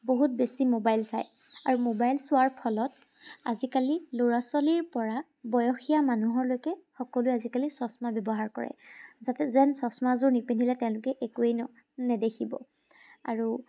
বহুত বেছি মোবাইল চায় আৰু মোবাইল চোৱাৰ ফলত আজিকালি ল'ৰা ছোৱালীৰ পৰা বয়সীয়া মানুহলৈকে সকলোৱে আজিকালি চশমা ব্যৱহাৰ কৰে যাতে যেন চশমাযোৰ নিপিন্ধিলে তেওঁলোকে একোৱেই ন নেদেখিব আৰু